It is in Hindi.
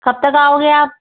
कब तक आओगे आप